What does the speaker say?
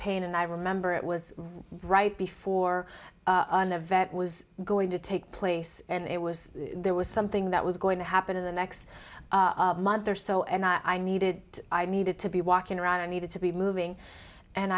pain and i remember it was right before the vet was going to take place and it was there was something that was going to happen in the next month or so and i needed i needed to be walking around and needed to be moving and